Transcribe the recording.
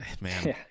man